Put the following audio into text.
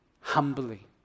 humbly